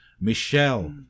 Michelle